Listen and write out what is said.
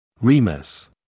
Remus